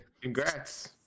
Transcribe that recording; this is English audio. Congrats